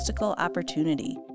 opportunity